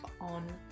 on